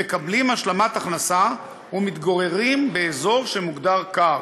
שמקבלים השלמת הכנסה ומתגוררים באזור שמוגדר קר,